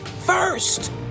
first